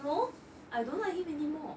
no I don't like him anymore